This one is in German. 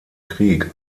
krieg